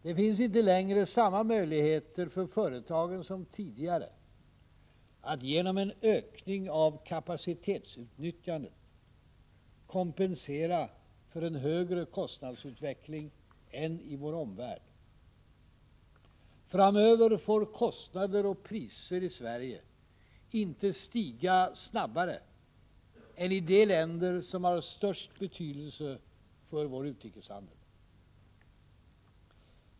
Det finns inte längre samma möjligheter för företagen som tidigare att genom en ökning av kapacitetsutnyttjandet kompensera för en högre kostnadsutveckling än i vår omvärld. Framöver får kostnader och priser i Sverige inte stiga snabbare än i de länder som har störst betydelse för vår utrikeshandel.